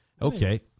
Okay